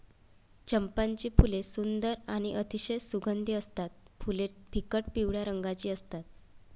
चंपाची फुले सुंदर आणि अतिशय सुगंधी असतात फुले फिकट पिवळ्या रंगाची असतात